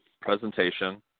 presentation